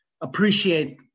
appreciate